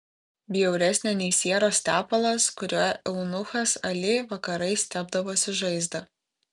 bjauresnė nei sieros tepalas kuriuo eunuchas ali vakarais tepdavosi žaizdą